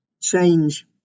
change